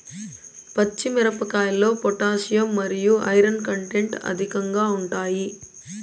పచ్చి మిరపకాయల్లో పొటాషియం మరియు ఐరన్ కంటెంట్ అధికంగా ఉంటాయి